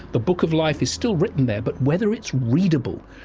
the book of life is still written there, but whether it's readable.